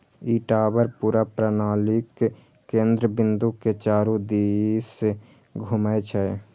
ई tower पूरा प्रणालीक केंद्र बिंदु के चारू दिस घूमै छै